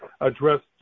addressed